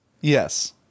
Yes